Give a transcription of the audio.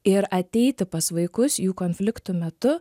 ir ateiti pas vaikus jų konfliktų metu